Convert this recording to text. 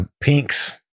Pink's